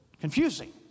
confusing